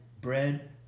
bread